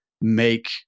make